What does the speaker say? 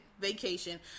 vacation